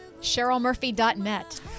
Cherylmurphy.net